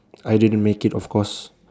I didn't make it of course